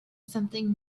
something